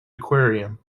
aquarium